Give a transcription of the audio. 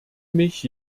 mich